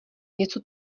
něco